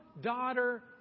daughter